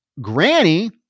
granny